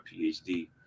PhD